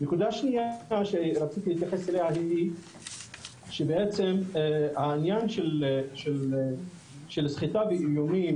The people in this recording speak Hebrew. נקודה שניה שרציתי להתייחס אליה היא שבעצם הענין של סחיטה באיומים